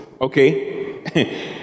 Okay